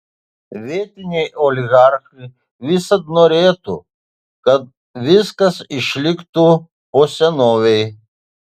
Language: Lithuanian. vietiniai oligarchai visad norėtų kad viskas išliktų po senovei